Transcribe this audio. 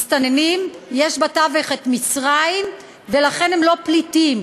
מסתננים, בתווך נמצאת מצרים, ולכן הם לא פליטים,